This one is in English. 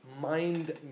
mind